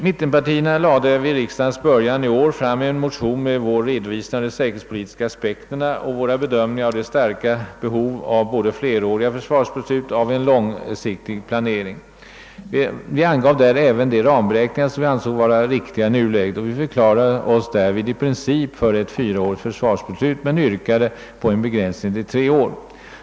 Mittenpartierna lade vid riksdagens början i år fram en motion med redovisning av de säkerhetspolitiska aspekterna och våra bedömningar av det starka behovet av både fleråriga försvarsbeslut och en långsiktig planering. Vi angav där även de ramberäkningar som vi ansåg vara riktiga i nuläget, och vi förklarade oss i princip kunna acceptera ett fyraårigt försvarsbeslut men yrkade dock på en begränsning till tre år.